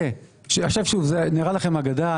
שוב - זה נראה לכם אגדה,